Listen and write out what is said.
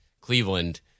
Cleveland